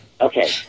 Okay